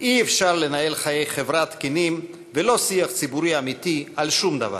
אי-אפשר לנהל חיי חברה תקינים ולא שיח ציבורי אמיתי על שום דבר.